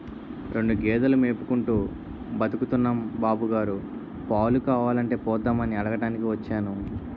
రెండు గేదెలు మేపుకుంటూ బతుకుతున్నాం బాబుగారు, పాలు కావాలంటే పోద్దామని అడగటానికి వచ్చాను